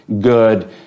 good